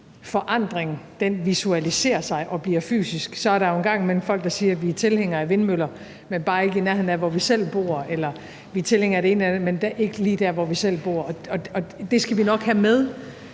forandring visualiserer sig og bliver fysisk, er der jo en gang imellem folk, der siger, at de er tilhængere af vindmøller, men bare ikke i nærheden af, hvor de selv bor, eller de siger, at de er tilhængere af det ene eller det andet, men ikke lige der, hvor de selv bor. Det skal vi nok have med,